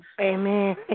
Amen